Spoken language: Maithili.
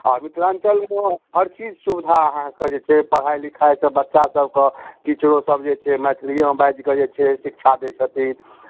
आओर मिथिलाञ्चलमे हर चीज सुबिधा अहाँकऽ जे छै पढ़ाइ लिखाइसँ बच्चा सभकऽ टीचरो सभ जे छै मैथिलिएमे बाजि कऽ जे छै शिक्षा दए छथिन